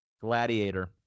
Gladiator